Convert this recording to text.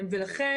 ולכן,